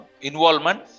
involvement